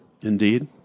Indeed